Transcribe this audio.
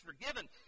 forgiven